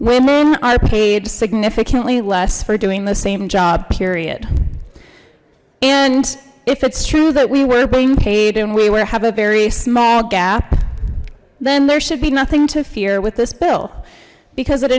women are paid significantly less for doing the same job period and if it's true that we were being paid and we were have a very small gap then there should be nothing to fear with this bill because